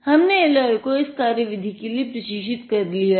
हमने एलाय को इस कार्यविधि के लिए प्रशिक्षित कर दिया है